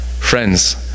Friends